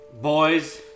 Boys